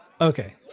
Okay